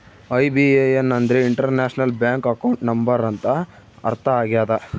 IBAN ಅಂದ್ರೆ international bank account number ಅಂತ ಅರ್ಥ ಆಗ್ಯದ